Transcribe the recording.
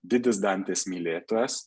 didis dantės mylėtojas